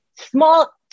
small